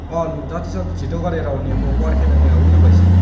अँ लु जतिसक्दो छिट्टो गरेर आऊ यहाँ म पर्खेर यहाँ उयो भइसकेँ